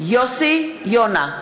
מתחייב אני יוסי יונה,